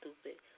stupid